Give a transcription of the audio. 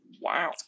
Wow